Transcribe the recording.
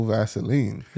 Vaseline